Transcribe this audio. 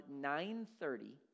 930